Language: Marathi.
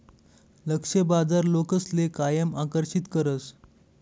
लक्ष्य बाजार लोकसले कायम आकर्षित करस